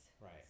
Right